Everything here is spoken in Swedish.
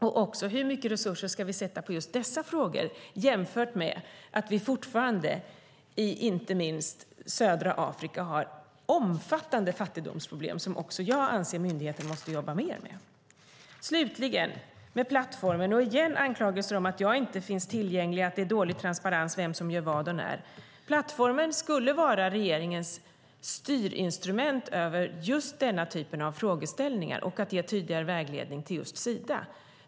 Och hur mycket resurser ska vi lägga på just dessa frågor när vi fortfarande i inte minst södra Afrika har omfattande fattigdomsproblem som jag anser att myndigheten måste jobba mer med? Slutligen kan jag säga följande när det gäller plattformen och anklagelser igen om att jag inte finns tillgänglig och att det är dålig transparens när det gäller vem som gör vad och när. Plattformen skulle vara regeringens styrinstrument i just denna typ av frågeställningar och för att ge tydligare vägledning till just Sida.